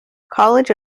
college